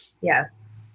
Yes